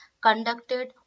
conducted